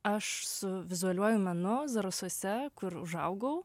aš su vizualiuoju menu zarasuose kur užaugau